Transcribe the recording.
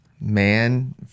man